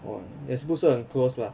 urm 也不是很 close lah